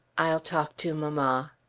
i'll talk to mamma.